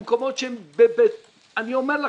במקומות שהם אני אומר לכם,